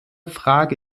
frage